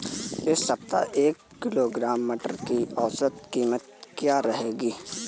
इस सप्ताह एक किलोग्राम मटर की औसतन कीमत क्या रहेगी?